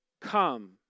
come